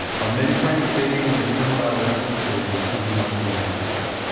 are men trying to stay in eternal adolescence or is there something else going on here?